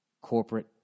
corporate